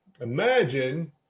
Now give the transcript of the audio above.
Imagine